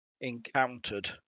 encountered